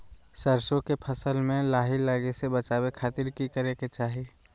सरसों के फसल में लाही लगे से बचावे खातिर की करे के चाही?